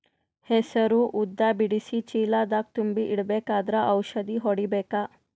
ಹೆಸರು ಉದ್ದ ಬಿಡಿಸಿ ಚೀಲ ದಾಗ್ ತುಂಬಿ ಇಡ್ಬೇಕಾದ್ರ ಔಷದ ಹೊಡಿಬೇಕ?